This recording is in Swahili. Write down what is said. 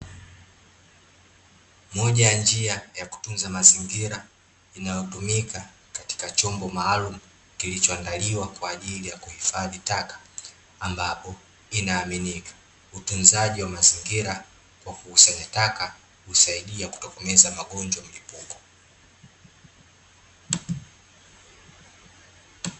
Moja ya njia ya kutunza manzingira, inayotumika katika chombo maalumu kilichoandaliwa kwaajili ya kuhifadhi taka, ambapo, inaaminika utunzaji wa mazingira kwa kukusanya taka , husaidia kutokomeza magonjwa mlipuko.